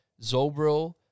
Zobro